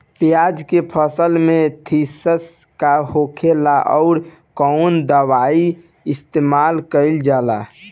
प्याज के फसल में थ्रिप्स का होखेला और कउन दवाई इस्तेमाल कईल जाला?